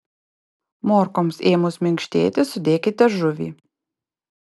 morkoms ėmus minkštėti sudėkite žuvį